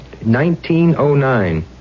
1909